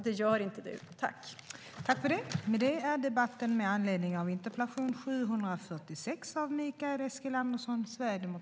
Det gör inte du, Mikael Eskilandersson.